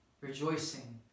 rejoicing